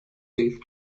değil